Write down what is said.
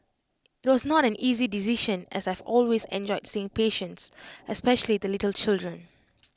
IT was not an easy decision as I have always enjoyed seeing patients especially the little children